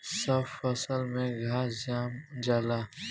सब फसल में घास जाम जाला